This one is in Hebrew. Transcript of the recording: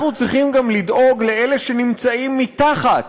אנחנו צריכים לדאוג גם לאלה שנמצאים מתחת